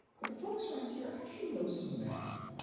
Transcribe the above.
but the folks around here actually know some math.